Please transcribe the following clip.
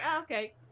okay